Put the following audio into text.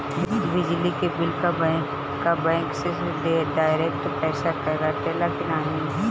बिजली के बिल का बैंक से डिरेक्ट पइसा कटेला की नाहीं?